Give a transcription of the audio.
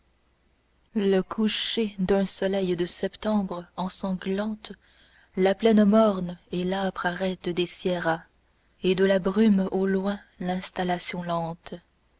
le coucher d'un soleil de septembre ensanglante la plaine morne et l'âpre arête des sierras et de la brume au loin l'installation lente